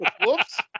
Whoops